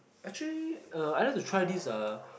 actually uh I like to try this uh